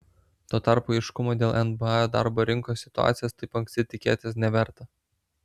tuo tarpu aiškumo dėl nba darbo rinkos situacijos taip anksti tikėtis neverta